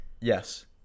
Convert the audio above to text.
Yes